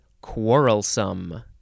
quarrelsome